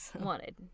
Wanted